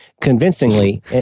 Convincingly